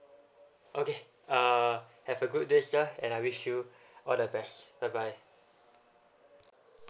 okay uh have a good day sir and I wish you all the best bye bye